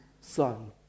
son